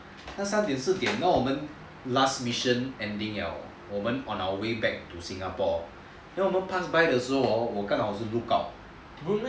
那时候三点四点我们的 last mission ending liao 我们 on our way back to singapore then 我们 pass by 的时候后 hor 我刚好 bookout